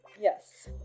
Yes